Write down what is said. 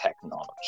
technology